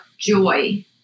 joy